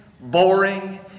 boring